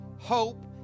hope